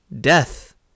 death